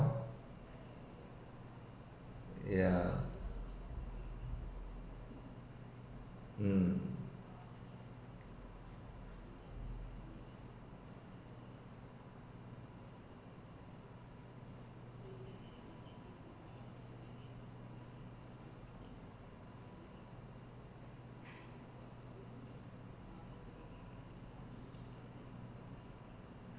ya um